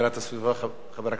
15 חברי